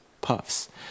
puffs